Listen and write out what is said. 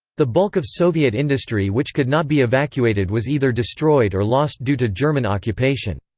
the bulk of soviet industry which could not be evacuated was either destroyed or lost due to german occupation.